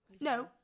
No